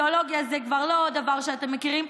ואידיאולוגיה זה כבר לא דבר שאתם מכירים.